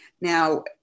Now